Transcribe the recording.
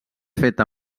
feta